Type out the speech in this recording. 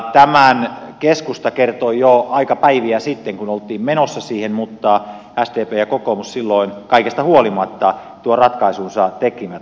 tämän keskusta kertoi jo aika päiviä sitten kun oltiin menossa siihen mutta sdp ja kokoomus silloin kaikesta huolimatta tuon ratkaisunsa tekivät